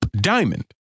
Diamond